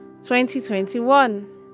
2021